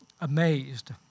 amazed